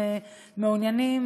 אם מעוניינים,